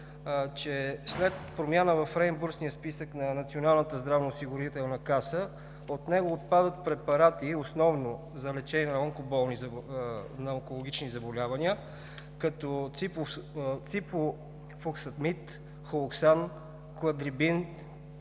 че след промяна в реимбурсния списък на Националната здравноосигурителна каса, от него отпадат препарати основно за лечение на онкологични заболявания, като Циклофосфамид, Холоксан, Кладрибин,